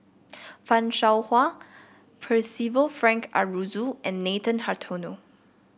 Fan Shao Hua Percival Frank Aroozoo and Nathan Hartono